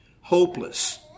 Hopeless